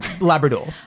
Labrador